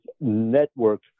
network